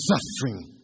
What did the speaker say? suffering